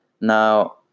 Now